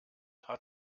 hat